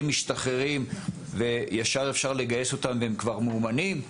משתחררים וישר אפשר לגייס אותם והם כבר מאומנים,